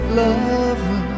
lover